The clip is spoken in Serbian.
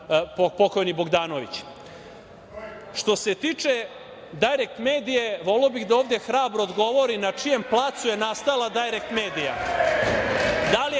pokojni Bogdanović. Što se tiče „Dajrekt medije“, voleo bih da ovde hrabro odgovori na čijem placu je nastala „Dajrekt medija“,